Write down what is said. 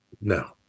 No